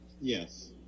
Yes